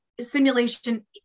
simulation